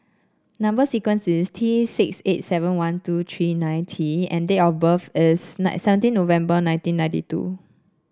number sequence is T six eight seven one two three nine T and date of birth is nine seventeen November One Thousand nineteen ninety two